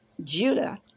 Judah